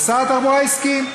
ושר התחבורה הסכים,